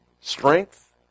Strength